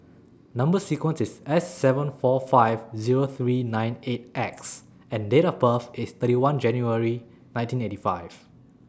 Number sequence IS S seven four five Zero three nine eight X and Date of birth IS thirty one January nineteen eighty five